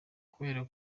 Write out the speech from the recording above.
kubera